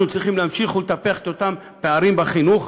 צריכים להמשיך לטפח את אותם פערים בחינוך?